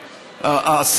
פריימריז?